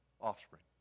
offspring